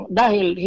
dahil